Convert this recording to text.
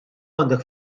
għandek